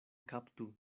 kaptu